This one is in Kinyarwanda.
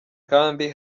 kandi